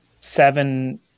seven